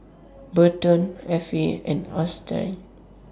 Burton Affie and Austyn